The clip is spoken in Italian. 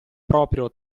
proprio